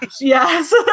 yes